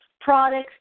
products